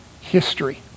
history